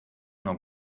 nur